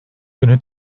günü